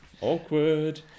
Awkward